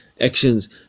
actions